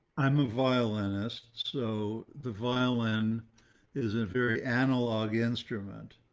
i'm a violinist. so the violin is a very analog instrument.